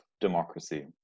democracy